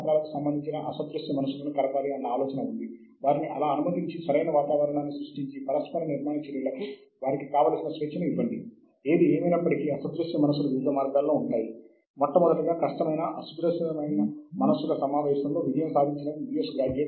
కాబట్టి అధిక h index ఉన్న రచయిత అతని ప్రచురణలు విస్తృతంగా చదవబడుతున్నాయి మరియు విస్తృతంగా సూచించబడుతున్నాయి